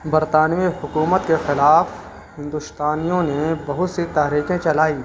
برطانوی حکومت کے خلاف ہندوستانیوں نے بہت سی تحارییکیں چلائی